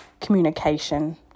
communication